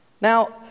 Now